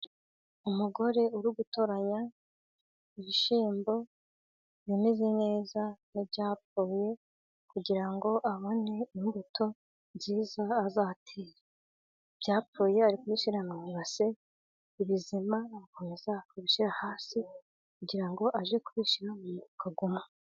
Umugore uri gutoranya ibishyimbo bimeze neza n'ibyapfuye, kugira ngo abone imbuto nziza azatera. Ibyapfuye ari kubishyira mu ibase, ibizima agakomeza kubishyira hasi, kugirango ajye kubishyira mu...